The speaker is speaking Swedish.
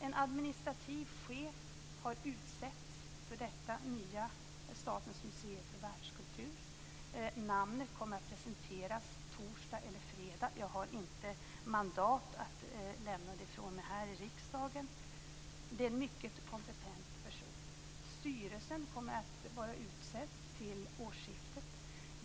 En administrativ chef har utsetts för detta nya Statens museer för världskultur. Namnet kommer att presenteras på torsdag eller fredag. Jag har inte mandat att lämna ifrån mig det här i riksdagen. Det är en mycket kompetent person. Styrelsen kommer att vara utsedd till årsskiftet.